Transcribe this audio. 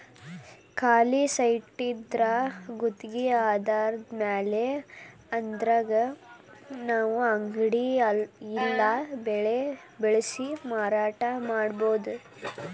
ಖಾಲಿ ಸೈಟಿದ್ರಾ ಗುತ್ಗಿ ಆಧಾರದ್ಮ್ಯಾಲೆ ಅದ್ರಾಗ್ ನಾವು ಅಂಗಡಿ ಇಲ್ಲಾ ಬೆಳೆ ಬೆಳ್ಸಿ ಮಾರಾಟಾ ಮಾಡ್ಬೊದು